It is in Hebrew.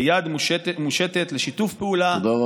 ביד מושטת לשיתוף פעולה,